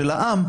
של העם,